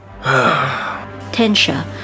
Tensha